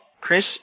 Chris